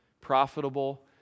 profitable